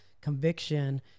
conviction